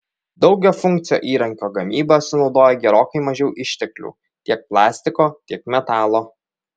daugiafunkcio įrankio gamyba sunaudoja gerokai mažiau išteklių tiek plastiko tiek metalo